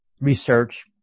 research